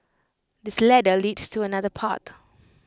this ladder leads to another path